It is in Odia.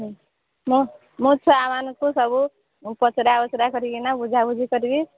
ହୁଁ ମୋ ମୋ ଛୁଆମାନଙ୍କୁ ସବୁ ପଚରା ଉଚରା କରିକି ବୁଝା ବୁଝି କରିବି